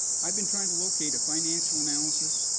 i've been trying to locate a financial analysis,